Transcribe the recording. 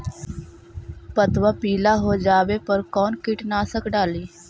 पतबा पिला हो जाबे पर कौन कीटनाशक डाली?